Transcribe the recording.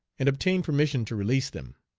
and obtained permission to release them.